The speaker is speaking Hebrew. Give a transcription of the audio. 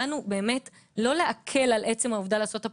לא באנו להקל על עצם העובדה לעשות הפלה,